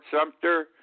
Sumter